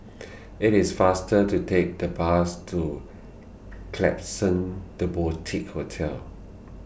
IT IS faster to Take The Bus to Klapsons The Boutique Hotel